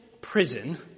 prison